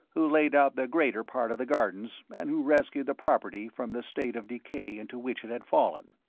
who laid out the greater part of the gardens and who rescued the property from the state of decay into which it had fallen.